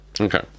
Okay